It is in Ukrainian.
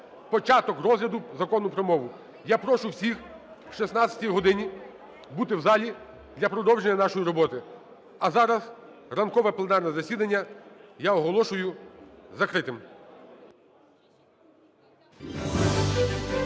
початок розгляду Закону про мову. Я прошу всіх о 16 годині бути в залі для продовження нашої роботи. А зараз ранкове пленарне засідання я оголошую закритим.